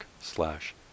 slash